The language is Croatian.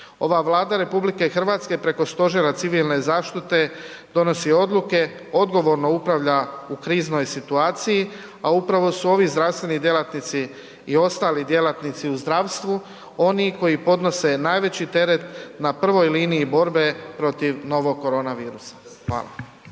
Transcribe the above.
Ova Vlada RH preko Stožera civilne zaštite donosi odluke, odgovorno upravlja u kriznoj situaciji, a upravo su ovi zdravstveni djelatnici i ostali djelatnici u zdravstvu oni koji podnose najveći teret na prvoj liniji borbe protiv novog korona virusa. Hvala.